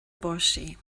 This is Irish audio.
báistí